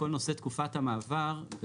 כל נושא תקופת המעבר,